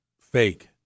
fake